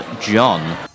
John